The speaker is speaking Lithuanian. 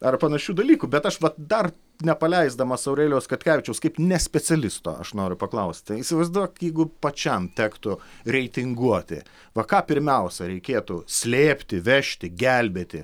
ar panašių dalykų bet aš dar nepaleisdamas aurelijaus katkevičiaus kaip nes specialisto aš noriu paklausti įsivaizduok jeigu pačiam tektų reitinguoti va ką pirmiausia reikėtų slėpti vežti gelbėti